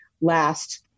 last